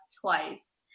twice